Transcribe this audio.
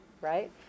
right